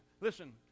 listen